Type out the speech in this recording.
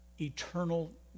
eternal